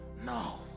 No